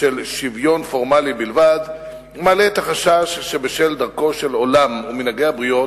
של שוויון פורמלי בלבד מעלה את החשש שבשל דרכו של עולם ומנהגי הבריות